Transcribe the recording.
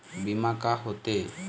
बीमा का होते?